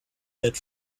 that